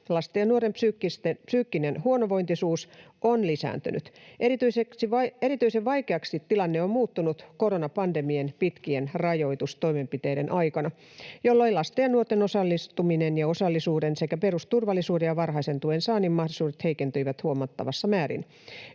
Lasten ja nuorten psyykkinen huonovointisuus on lisääntynyt. Erityisen vaikeaksi tilanne on muuttunut koronapandemian pitkien rajoitustoimenpiteiden aikana, jolloin lasten ja nuorten osallistumisen ja osallisuuden sekä perusturvallisuuden ja varhaisen tuen saannin mahdollisuudet heikentyivät huomattavassa määrin.